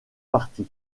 partis